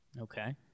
Okay